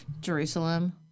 Jerusalem